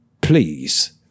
please